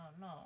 no